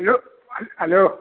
hello